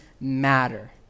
matter